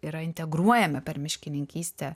yra integruojami per miškininkystę